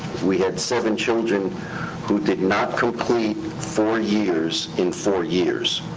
we had seven children who did not complete four years in four years.